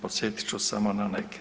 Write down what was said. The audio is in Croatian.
Podsjetit ću samo na neke.